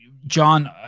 john